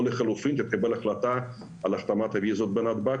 או לחלופים אם תתקבל החלטה על החתמת הוויזות בנתב"ג,